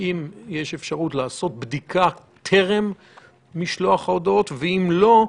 - לעשות בדיקה טרם משלוח ההודעות, ואם לא,